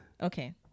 Okay